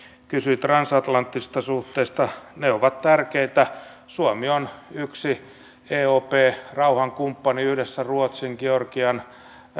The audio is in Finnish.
kysyi transatlanttisista suhteista ne ovat tärkeitä suomi on yksi eop rauhankumppani yhdessä ruotsin georgian